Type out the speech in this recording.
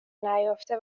نیافته